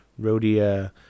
Rhodia